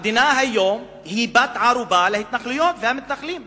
המדינה היום היא בת ערובה להתנחלויות ולמתנחלים.